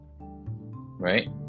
right